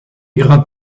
ihrer